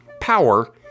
power